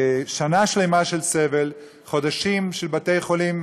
שנה שלמה של סבל, חודשים של בתי-חולים.